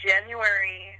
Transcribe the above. January